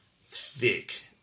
thick